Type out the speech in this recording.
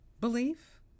belief